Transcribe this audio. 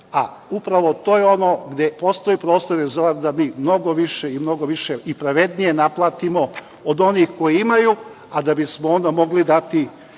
a upravo to je ono gde postoji prostor da mnogo više i pravednije naplatimo od onih koji imaju, a da bismo onda mogli